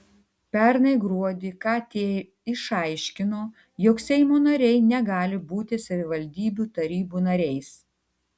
pernai gruodį kt išaiškino jog seimo nariai negali būti savivaldybių tarybų nariais